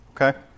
Okay